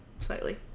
slightly